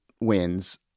wins